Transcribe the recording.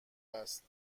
است